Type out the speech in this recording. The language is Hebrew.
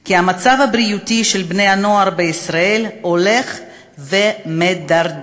כי המצב הבריאותי של בני-הנוער בישראל הולך ומידרדר.